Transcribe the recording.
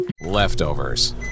Leftovers